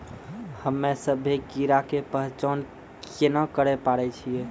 हम्मे सभ्भे कीड़ा के पहचान केना करे पाड़ै छियै?